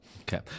Okay